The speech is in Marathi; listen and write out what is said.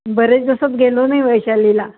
बरेच दिवसात गेलो नाही वैशालीला